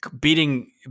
beating